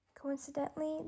Coincidentally